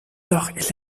doch